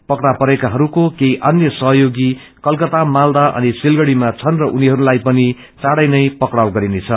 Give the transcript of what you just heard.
फक्रा परेकाहरूको केही अन्य सहयोगी कोलकता माल्दा अनि सिलगढ़ीमा छन् र उनीहस्लाई पनि चाँडै नै पक्राउ गरिनेछ